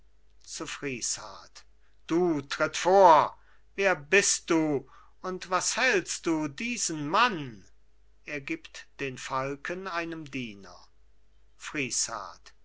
du tritt vor wer bist du und was hältst du diesen mann er gibt den falken einem